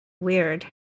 weird